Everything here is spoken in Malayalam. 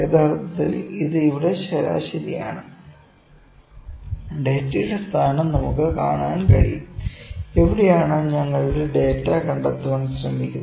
യഥാർത്ഥത്തിൽ ഇത് ഇവിടെ ശരാശരിയാണ് ഡാറ്റയുടെ സ്ഥാനം നമുക്ക് കാണാൻ കഴിയും എവിടെയാണ് ഞങ്ങളുടെ ഡാറ്റ കണ്ടെത്താൻ ശ്രമിക്കുന്നത്